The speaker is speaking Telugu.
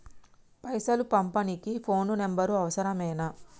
పైసలు పంపనీకి ఫోను నంబరు అవసరమేనా?